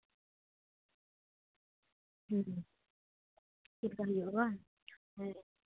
ᱦᱩᱸ ᱪᱮᱫᱞᱮᱠᱟ ᱦᱩᱭᱩᱜᱼᱟ ᱵᱟᱝ ᱦᱮᱸ